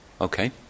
okay